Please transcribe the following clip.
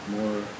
more